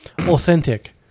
authentic